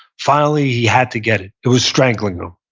finally he had to get it. it was strangling him.